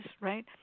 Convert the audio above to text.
right